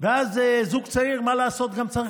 ואז זוג צעיר, מה לעשות, גם צריך